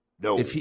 No